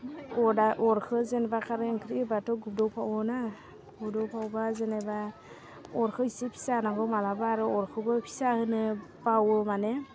अरखौ जेनेबा खारै ओंख्रि होबाथ' गोदौफावोना गोदौफावबा जेनेबा अरखौ इसे फिसा होनांगौ मालाबा आरो अरखौबो फिसा होनो बावो माने